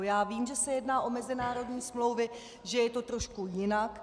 Já vím, že se jedná o mezinárodní smlouvy, že je to trošku jinak.